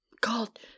Called